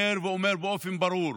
אומר, ואומר באופן ברור,